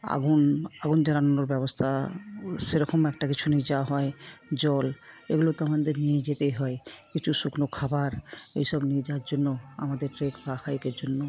আগুন আগুন জ্বালানোর ব্যবস্থা সেরকম একটা কিছু নিয়ে যাওয়া হয় জল এগুলো তো আমাদের নিয়ে যেতে হয় কিছু শুকনো খাবার এইসব নিয়ে যাওয়ার জন্য আমাদেরকে জন্য